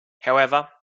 however